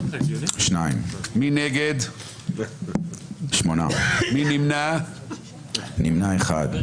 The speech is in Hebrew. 8 נגד, נמנע אחד.